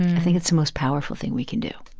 i think it's the most powerful thing we can do